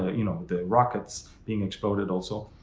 ah you know, the rockets being exploded also.